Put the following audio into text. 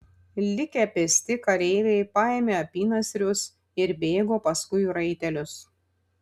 likę pėsti kareiviai paėmė apynasrius ir bėgo paskui raitelius